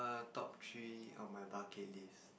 top three on my bucket list